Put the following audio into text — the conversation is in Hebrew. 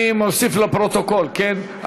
אני מוסיף לפרוטוקול, כן.